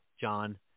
John